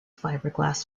fiberglass